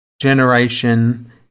generation